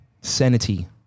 sanity